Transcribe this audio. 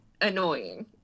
annoying